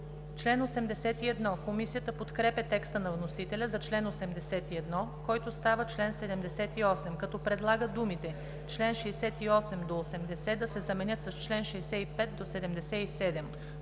„чл. 50“. Комисията подкрепя текста на вносителя за чл. 81, който става чл. 78, като предлага думите „чл. 68-80“ да се заменят с „чл. 65-77“.